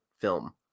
film